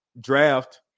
draft